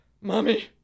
mommy